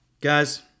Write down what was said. Guys